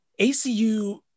ACU